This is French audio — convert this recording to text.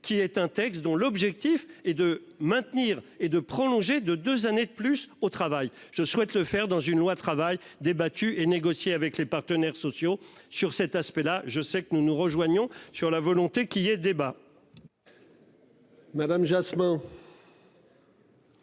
qui est un texte dont l'objectif est de maintenir et de prolonger de 2 années de plus au travail. Je souhaite le faire dans une loi travail débattue et négociée avec les partenaires sociaux sur cet aspect là je sais que nous, nous rejoignons sur la volonté qu'il y ait débat.